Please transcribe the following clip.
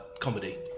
comedy